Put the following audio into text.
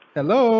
Hello